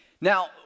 Now